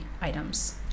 items